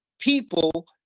people